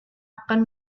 akan